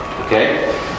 Okay